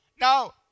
Now